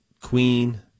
Queen